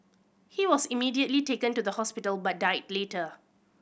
he was immediately taken to the hospital but died later